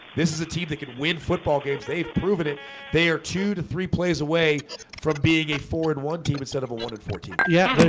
this is a team that could win football games. they've proven it they are two to three plays away from being a forward one team instead of a one at fourteenth yeah,